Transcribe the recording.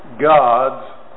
God's